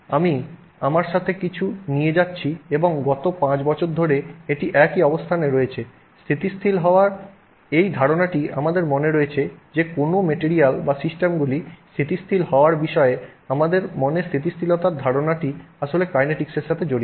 আমি আমার সাথে কিছু নিয়ে যাচ্ছি এবং গত ৫ বছর ধরে এটি একই অবস্থানে রয়েছে স্থিতিশীল হওয়ার এই ধারণাটি আমাদের মনে রয়েছে যে কোনো মেটেরিয়াল বা সিস্টেমগুলি স্থিতিশীল হওয়ার বিষয়ে আমাদের মনে স্থিতিশীলতার ধারণাটি আসলে কাইনেটিকশের সাথে জড়িত